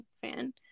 fan